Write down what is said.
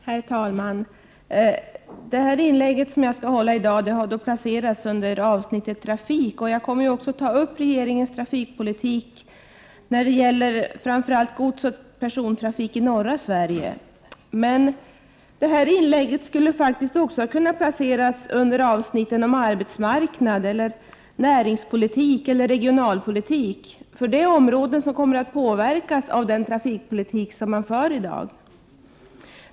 Herr talman! Det inlägg jag nu skall göra har placerats under avsnittet Trafik, och jag kommer också att ta upp regeringens trafikpolitik när det gäller såväl godstrafik som persontrafik i framför allt norra Sverige. Men mitt inlägg skulle också ha kunnat placeras under avsnitten om arbetsmarknad, näringspolitik eller regionalpolitik, för de är områden som kommer att påverkas av den trafikpolitik som förs i dag.